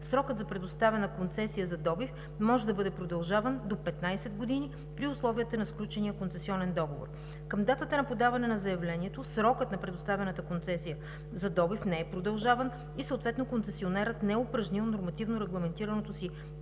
срокът за предоставяне на концесия за добив може да бъде продължаван до 15 години при условията на сключения концесионен договор. Към датата на подаване на заявлението срокът на предоставената концесия за добив не е продължаван и съответно концесионерът не е упражнил нормативно регламентираното си